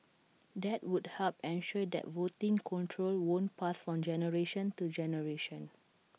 that would help ensure that voting control won't pass from generation to generation